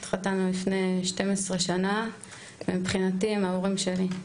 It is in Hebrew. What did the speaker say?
התחתנו לפני 12 שנה ומבחינתי הם ההורים שלי.